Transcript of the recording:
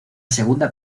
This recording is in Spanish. segunda